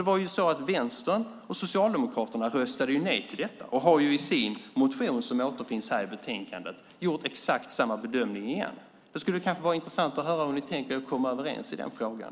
Det var ju så att Vänstern och Socialdemokraterna röstade nej till detta och har i sina motioner, som behandlas i det här betänkandet, gjort exakt samma bedömning igen. Det skulle vara intressant att höra hur ni har tänkt komma överens i den frågan.